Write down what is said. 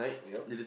yup